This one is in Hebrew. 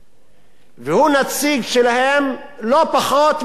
הוא נציג שלהם לא פחות מאחד מהם.